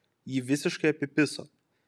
jį visiškai apipiso